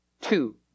Two